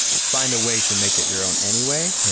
find a way to make it your own anyway. yeah